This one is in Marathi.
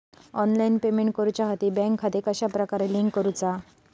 ऑनलाइन पेमेंट करुच्याखाती बँक खाते कश्या प्रकारे लिंक करुचा?